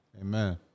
Amen